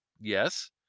yes